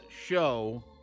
show